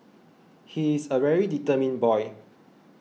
he is a very determined boy